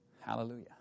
hallelujah